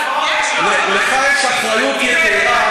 כמה עולה להזיז,